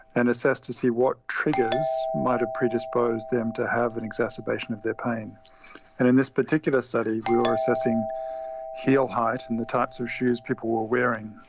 and assessed to see what triggers might have predisposed them to have an exacerbation of their pain. and in this particular study we were assessing heel height and the types of shoes people were wearing,